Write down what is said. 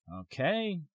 Okay